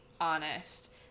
honest